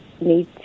need